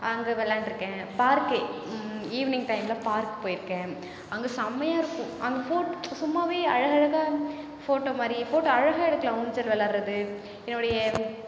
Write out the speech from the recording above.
அங்கே விளாண்டுருக்கேன் park evening டைம்ல பார்க்கு போயிருக்கேன் அங்கே செம்மயா இருக்கும் அங்கே ஃபோட் சும்மாவே அழகழகாக ஃபோட்டோ மாதிரி ஃபோட்டோ அழகாக எடுக்கலாம் ஊஞ்சல் விளாடுறது என்னுடைய